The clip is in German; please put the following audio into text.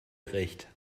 recht